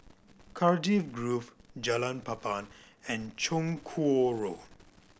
Cardiff Grove Jalan Papan and Chong Kuo Road